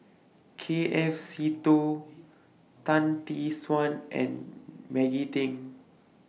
K F Seetoh Tan Tee Suan and Maggie Teng